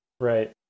Right